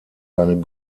seine